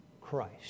Christ